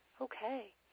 Okay